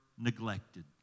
neglected